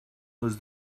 was